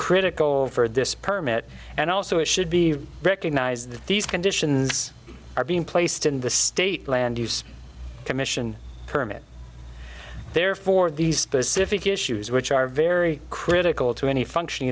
critical for this permit and also it should be recognised that these conditions are being placed in the state land use commission permit therefore the specific issues which are very critical to any functioning